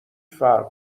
فرق